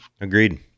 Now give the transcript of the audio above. Agreed